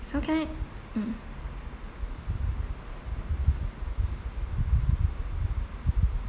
so can I mm